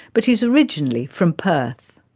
but he is originally from perth.